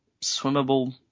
swimmable